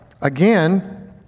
Again